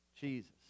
Jesus